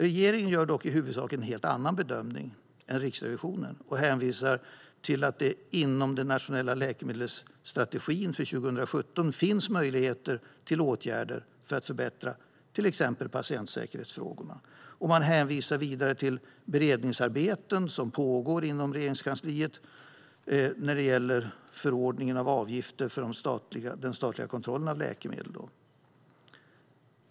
Regeringen gör dock i huvudsak en helt annan bedömning än Riksrevisionen och hänvisar till att det inom den nationella läkemedelsstrategin för 2017 finns möjligheter till åtgärder för att förbättra till exempel patientsäkerhetsfrågorna. Man hänvisar vidare till beredningsarbeten som pågår inom Regeringskansliet när det gäller förordningen av avgifter för den statliga kontrollen av läkemedel.